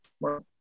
more